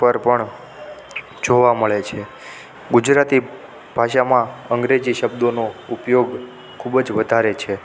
પર પણ જોવા મળે છે ગુજરાતી ભાષામાં અંગ્રેજી શબ્દોનો ઉપયોગ ખૂબ જ વધારે છે